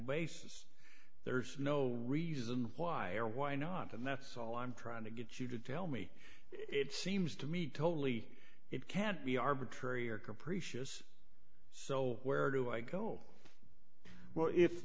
basis there's no reason why or why not and that's all i'm trying to get you to tell me it seems to me totally it can't be arbitrary or capricious so where do i go well if